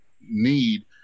need